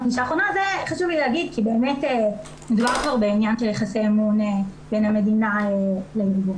חשוב לי להגיד כי באמת מדובר פה בעניין של יחסי אמון בין המדינה לארגון.